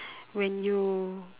when you